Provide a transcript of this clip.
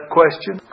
question